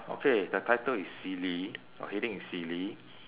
okay the title is silly or heading is silly